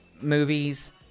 movies